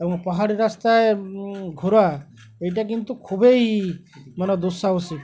এবং পাহাড়ি রাস্তায় ঘোরা এইটা কিন্তু খুবই মানে দুঃসাহসিক